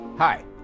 Hi